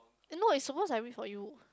eh no it suppose I wait for you